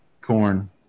Corn